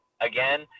again